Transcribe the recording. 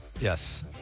Yes